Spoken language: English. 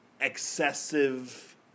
excessive